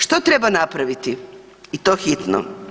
Što treba napraviti i to hitno?